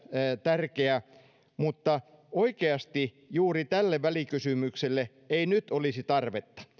tärkeä niin oikeasti juuri tälle välikysymykselle ei nyt olisi tarvetta